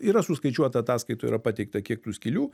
yra suskaičiuota ataskaitoj yra pateikta kiek tų skylių